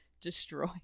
destroy